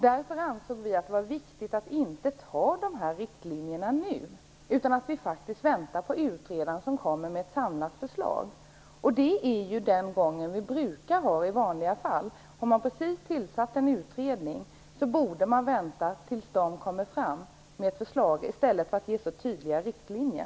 Därför ansåg vi att det var viktigt att inte anta de här riktlinjerna nu, utan att vi skall vänta på utredaren, som kommer med ett samlat förslag. Det är den gången vi brukar ha i vanliga fall. Om man precis har tillsatt en utredning borde man vänta tills den kommer med ett förslag, i stället för att ge så tydliga riktlinjer.